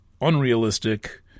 unrealistic